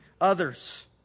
others